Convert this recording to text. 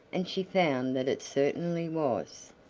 and she found that it certainly was.